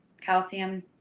calcium